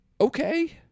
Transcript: okay